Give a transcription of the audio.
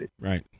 Right